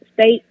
state